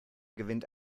gewinnt